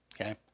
Okay